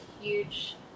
huge